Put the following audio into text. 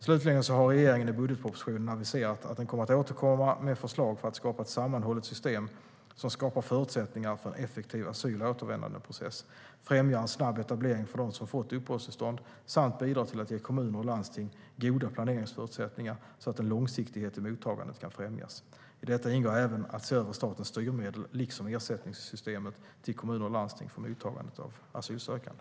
Slutligen har regeringen i budgetpropositionen aviserat att den kommer att återkomma med förslag för att skapa ett sammanhållet system som skapar förutsättningar för en effektiv asyl och återvändandeprocess, främjar en snabb etablering för dem som fått uppehållstillstånd samt bidrar till att ge kommuner och landsting goda planeringsförutsättningar, så att en långsiktighet i mottagandet kan främjas. I detta ingår även att se över statens styrmedel, liksom ersättningssystemet till kommuner och landsting för mottagandet av asylsökande.